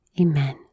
Amen